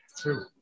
True